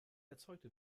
erzeugte